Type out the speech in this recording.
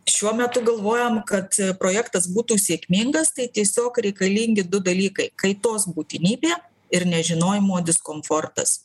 šiuo metu galvojam kad projektas būtų sėkmingas tai tiesiog reikalingi du dalykai kaitos būtinybė ir nežinojimo diskomfortas